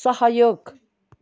सहयोग